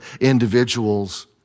individuals